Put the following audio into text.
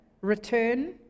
return